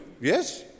yes